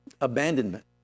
abandonment